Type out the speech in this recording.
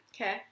Okay